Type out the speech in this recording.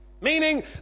Meaning